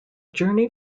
journey